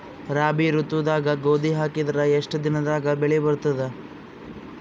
ರಾಬಿ ಋತುದಾಗ ಗೋಧಿ ಹಾಕಿದರ ಎಷ್ಟ ದಿನದಾಗ ಬೆಳಿ ಬರತದ?